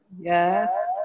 Yes